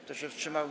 Kto się wstrzymał?